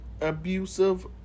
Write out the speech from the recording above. abusive